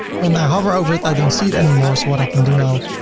when i hover over it, i don't see it anymore, so what i can do now,